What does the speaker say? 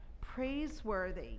praiseworthy